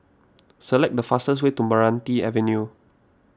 select the fastest way to Meranti Avenue